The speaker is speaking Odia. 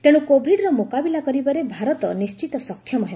ତେଣ୍ର କୋଭିଡ୍ର ମ୍ରକାବିଲା କରିବାରେ ଭାରତ ନିଶ୍ଚିତ ସକ୍ଷମ ହେବ